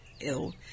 ill